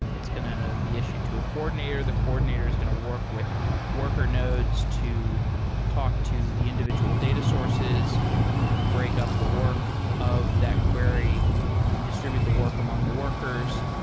it's going to be issued to coordinator. the coordinator is going to work with worker nodes to talk to the individual data sources and to break up the work of that query to distribute the work among the workers.